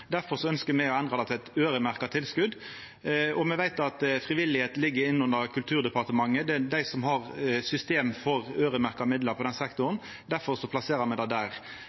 me å endra det til eit øyremerkt tilskot. Me veit at det frivillige ligg under Kulturdepartementet. Det er dei som har system for øyremerkte midlar i den sektoren. Difor plasserer me det der.